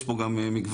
יש פה גם מגוון